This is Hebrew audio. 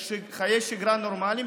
חיי שגרה נורמליים,